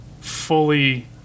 fully